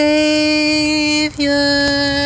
Savior